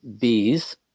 bees